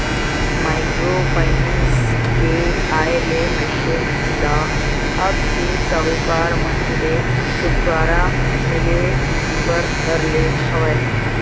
micro finance के आय ले मनखे मन ल अब सेठ साहूकार मन ले छूटकारा मिले बर धर ले हवय